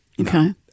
Okay